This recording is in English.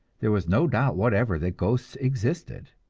there was no doubt whatever that ghosts existed!